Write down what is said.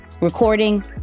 recording